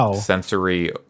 sensory